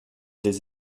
des